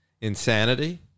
insanity